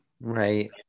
Right